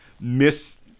Miss